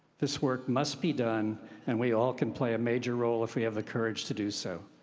this work must be done and we all can play a major role if we have the courage to do so.